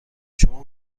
شما